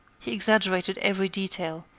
he exaggerated every detail,